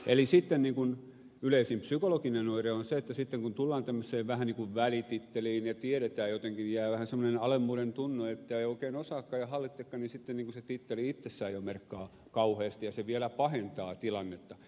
eli sitten yleisin psykologinen oire on se että kun tullaan tämmöiseen vähän niin kuin välititteliin ja tiedetään jotenkin jää vähän semmoinen alemmuuden tunne ettei oikein osaakaan ja hallitsekaan niin sitten se titteli itsessään jo merkkaa kauheasti ja se vielä pahentaa tilannetta